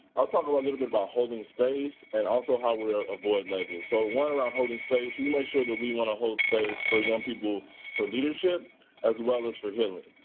i'll talk a little bit about holding space and also how we avoid labels. so one about holding space we make sure that we want to hold space for young people for leadership as well as for healing.